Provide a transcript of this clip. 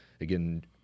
again